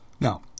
Now